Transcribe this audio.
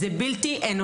זה לא אנושי.